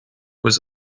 was